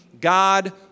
God